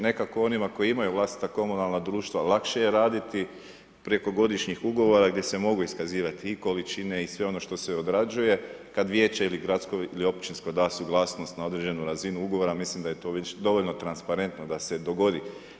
Nekako onima koji imaju vlastita komunalna društva lakše je raditi preko godišnjih ugovora gdje se mogu iskazivati i količine i sve ono što se odrađuje kada vijeće ili općinsko da suglasnost na određenu razinu ugovora, mislim da je to već dovoljno transparentno da se dogodi.